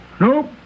Nope